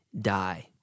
die